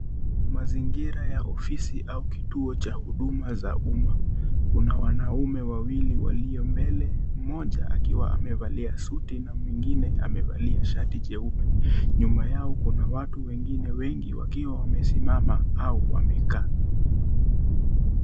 Mazingira ya ofisi au kituo cha huduma za umma. Kuna wanaume wawili walio mbele mmoja akiwa amevalia suti na mwingine amevalia shati jeupe. Nyuma yao kuna watu wengine wengi wakiwa wamesimama au wamkaa.